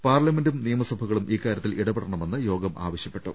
പാർലമെന്റും നിയമസഭകളും ഇക്കാര്യത്തിൽ ഇടപെടണമെന്ന് യോഗം ആവശ്യപ്പെട്ടു